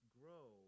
grow